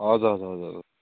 हजुर हजुर हजुर